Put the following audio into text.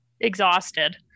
exhausted